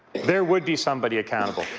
there would be somebody accountable.